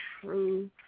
true